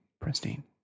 pristine